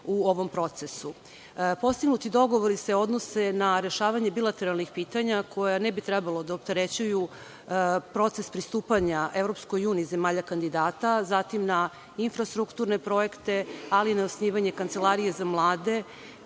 u ovom procesu. Postignuti dogovori se odnose na rešavanje bilateralnih pitanja, ne bi trebalo da opterećuje proces pristupanja EU zemalja kandidata, zatim na infrastrukturne projekte ali i na osnivanje kancelarije za mlade